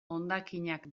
hondakinak